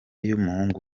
y’umuhungu